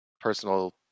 personal